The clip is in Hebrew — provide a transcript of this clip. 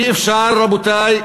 אי-אפשר, רבותי,